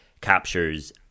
captures